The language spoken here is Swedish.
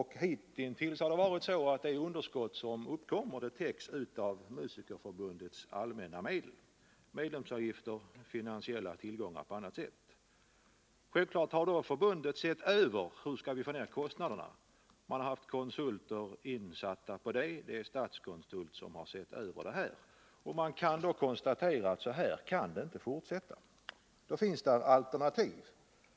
Hittills har det underskott som uppkommit täckts av Musikerförbundets allmänna medel, av medlemsavgifter, finansiella tillgångar och på annat sätt. Man har naturligtvis inom förbundet sett över möjligheterna att få ner kostnaderna. Konsulter från Statskonsult har satts in på den uppgiften. Man konstaterar att det inte kan fortsätta på detta sätt. Det finns flera alternativ för att lösa problemet.